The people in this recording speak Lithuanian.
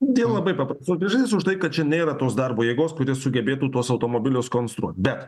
dėl labai paprastos priežasties užtai kad čia nėra tos darbo jėgos kuri sugebėtų tuos automobilius konstruot bet